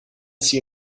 see